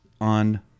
on